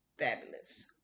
fabulous